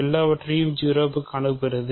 எல்லாவற்றையும் 0 க்கு அனுப்புகிறது